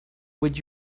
would